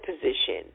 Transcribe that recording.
position